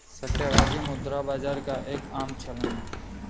सट्टेबाजी मुद्रा बाजार का एक आम चलन है